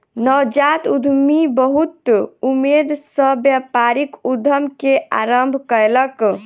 नवजात उद्यमी बहुत उमेद सॅ व्यापारिक उद्यम के आरम्भ कयलक